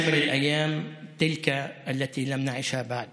(אומר בערבית: הימים היפים ביותר